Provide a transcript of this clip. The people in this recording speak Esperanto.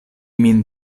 min